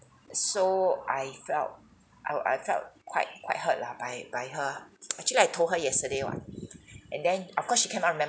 so I felt I I felt quite quite hurt lah by by her actually I told her yesterday [what] and then of course she cannot remember